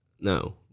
No